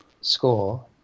score